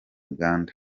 uganda